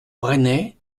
bresnay